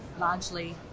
largely